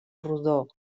rodó